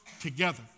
together